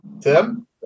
Tim